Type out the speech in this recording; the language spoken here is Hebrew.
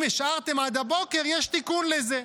אם השארתם עד הבוקר יש תיקון לזה,